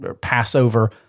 Passover